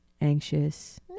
anxious